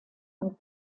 und